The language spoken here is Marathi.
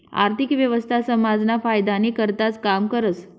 आर्थिक व्यवस्था समाजना फायदानी करताच काम करस